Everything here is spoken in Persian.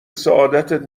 سعادتت